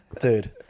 Dude